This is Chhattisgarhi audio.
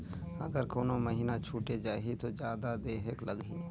अगर कोनो महीना छुटे जाही तो जादा देहेक लगही?